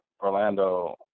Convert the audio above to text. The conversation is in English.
Orlando